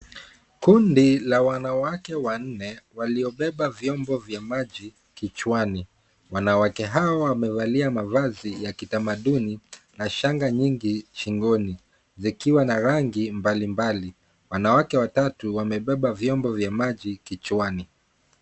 Kundi la wanawake wanne waliobeba vyombo vya maji kichwani. Wanawake hawa wamevalia mavazi ya kitamaduni na shanga nyingi shingoni zikiwa na rangi mbalimbali. Wanawake watatu wamebeba vyombo vya maji kichwani.